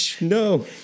no